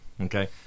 Okay